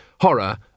horror